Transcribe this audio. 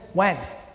when.